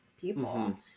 people